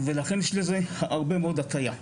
יש בזה הרבה מאוד הטעיה.